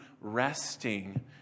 resting